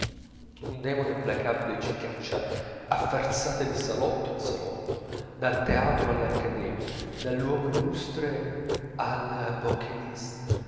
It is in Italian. un demone implacabile ci caccia a sferzate di salotto in salotto dal teatro all'accademia dall'uomo illustre al